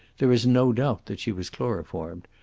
there is no doubt that she was chloroformed.